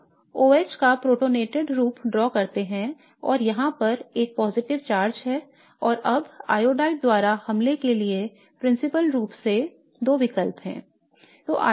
तो OH का protonated रूप ड्रा करते हैं और यहां पर एक सकारात्मक चार्ज है और अब आयोडाइड द्वारा हमले के लिए सिद्धांत रूप में दो विकल्प हैं